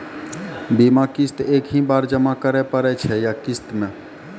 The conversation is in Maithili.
बीमा किस्त एक ही बार जमा करें पड़ै छै या किस्त मे?